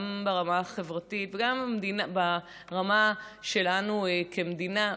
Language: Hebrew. גם ברמה החברתית וגם ברמה שלנו כמדינה,